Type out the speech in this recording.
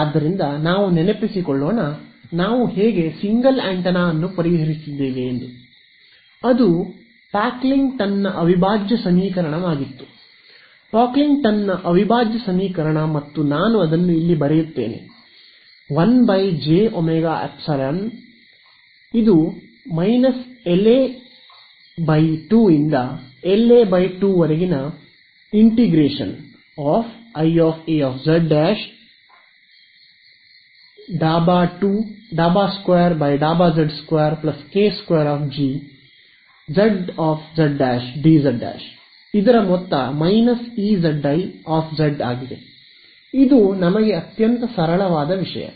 ಆದ್ದರಿಂದ ನಾವು ನೆನಪಿಸಿಕೊಳ್ಳೋಣ ನಾವು ಹೇಗೆ ಸಿಂಗಲ್ ಆಂಟೆನಾ ಅನ್ನು ಪರಿಹರಿಸಿದ್ದೇವೆ ಅದು ಪಾಕ್ಲಿಂಗ್ಟನ್ನ ಅವಿಭಾಜ್ಯ ಸಮೀಕರಣವಾಗಿತ್ತು ಪೊಕ್ಲಿಂಗ್ಟನ್ನ ಅವಿಭಾಜ್ಯ ಸಮೀಕರಣ ಮತ್ತು ನಾನು ಅದನ್ನು ಇಲ್ಲಿ ಬರೆಯುತ್ತೇನೆ 1 jωϵ 0 LA 2∫ LA 2 IA z ' ∂2 ∂z2 k2 G z z' dz ' Ezi ಇದು ನಮಗೆ ಅತ್ಯಂತ ಸರಳ ವಿಷಯ